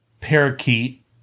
parakeet